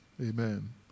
Amen